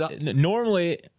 normally